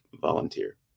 volunteer